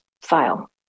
file